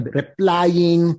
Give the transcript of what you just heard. replying